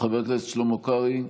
חבר הכנסת שלמה קרעי,